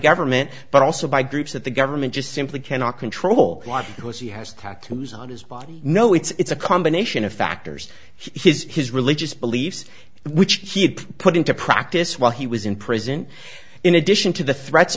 government but also by groups that the government just simply cannot control what has he has tattoos on his body no it's a combination of factors his his religious beliefs which he had put into practice while he was in prison in addition to the threats